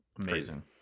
Amazing